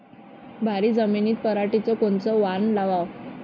भारी जमिनीत पराटीचं कोनचं वान लावाव?